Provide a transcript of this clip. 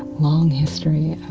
ah long history